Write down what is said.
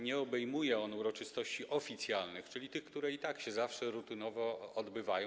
Nie obejmuje on uroczystości oficjalnych, czyli tych, które i tak się zawsze rutynowo odbywają.